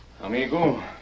amigo